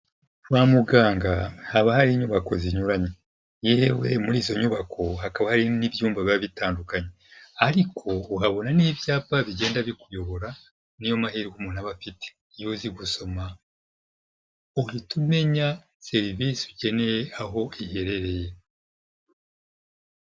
Kwa muganga haba hari inyubako zinyuranye, yewe muri izo nyubako hakaba hari n'ibyumba biba bitandukanye ariko uhabona n'ibyapa bigenda bikuyobora niyo mahirwe umuntu aba afite, iyo uzi gusoma uhita umenya serivisi ukeneye aho iherereye.